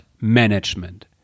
management